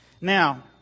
Now